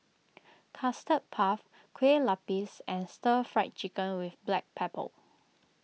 Custard Puff Kue Lupis and Stir Fried Chicken with Black Pepper